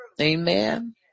Amen